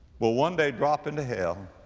will one day drop into hell